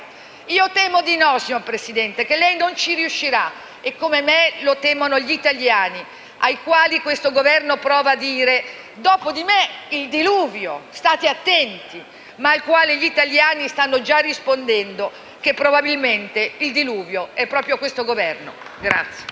Temo di no, signor Presidente, che lei noi ci riuscirà, e come me lo temono gli italiani, ai quali questo Governo prova a dire: «Dopo di me il diluvio. State attenti», perché gli italiani stanno già rispondendo che probabilmente il diluvio è proprio questo Governo.